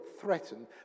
threatened